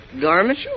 Garment